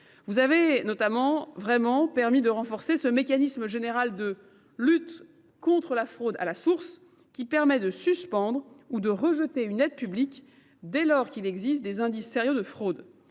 Vous avez notamment véritablement permis d’accentuer le mécanisme général de lutte contre la fraude à la source, qui permet de suspendre ou de rejeter une aide publique dès lors qu’il existe des indices sérieux de fraude.